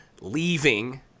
leaving